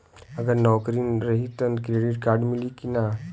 अगर नौकरीन रही त क्रेडिट कार्ड मिली कि ना?